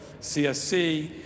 CSC